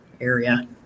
area